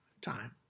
Time